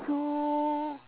so